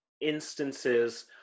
instances